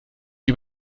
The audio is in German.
ich